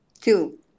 two